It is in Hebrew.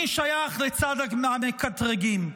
אני שייך לצד המקטרגים: